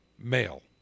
male